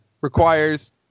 requires